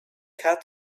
had